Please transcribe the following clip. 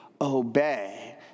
obey